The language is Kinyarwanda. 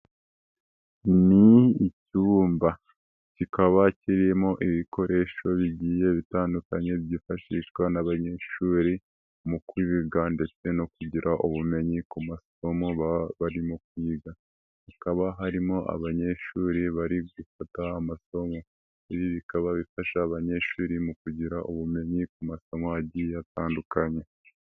Ni icyumba kikaba kirimo ibikoresho bigiye bitandukanye byifashishwa n'abanyeshuri mu kwigan ndetse no kugira ubumenyi ku masomo barimo kwiga, hakaba harimo abanyeshuri bari gufata amasomo, ibi bikaba bifasha abanyeshuri mu kugira ubumenyi ku masomo agiye atandukanye.